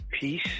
peace